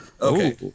okay